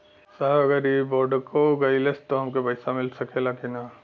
साहब अगर इ बोडखो गईलतऽ हमके पैसा मिल सकेला की ना?